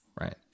Right